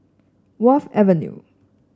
Wharf Avenue